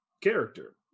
character